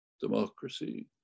democracy